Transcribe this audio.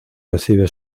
recibe